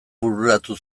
bururatu